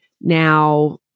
Now